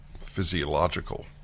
physiological